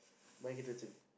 might get to back to it